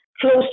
close